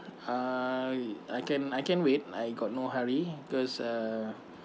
uh I can I can wait I got no hurry cause uh